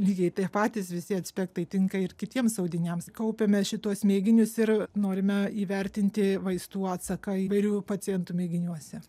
lygiai tie patys visi aspektai tinka ir kitiems audiniams kaupiame šituos mėginius ir norime įvertinti vaistų atsaką įvairių pacientų mėginiuose